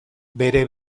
bere